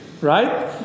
right